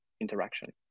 interaction